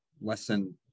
lesson